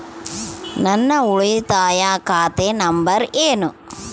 ನನ್ನ ಉಳಿತಾಯ ಖಾತೆ ನಂಬರ್ ಏನು?